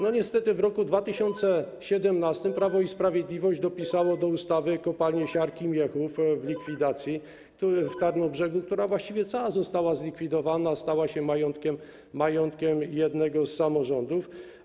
No niestety w roku 2017 Prawo i Sprawiedliwość dopisało do ustawy Kopalnię Siarki Machów w likwidacji, w Tarnobrzegu, która właściwie cała została zlikwidowana, stała się majątkiem jednego z samorządów.